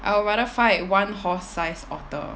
I will rather fight one horse-sized otter